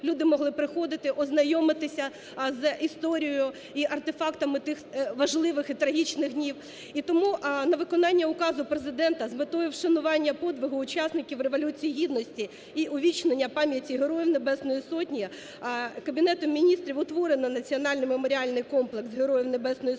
люди могли приходити, ознайомитися з історією і артефактами тих важливих і трагічних днів. І тому на виконання указу Президента, з метою вшанування подвигу учасників Революції Гідності і увічнення пам'яті Героїв Небесної Сотні Кабінетом Міністрів утворено Національний меморіальний комплекс Героїв Небесної Сотні